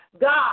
God